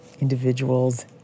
individuals